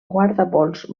guardapols